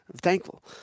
Thankful